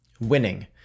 winning